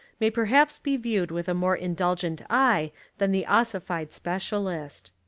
may perhaps be viewed with a more indulgent eye than the ossified specialist.